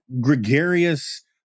gregarious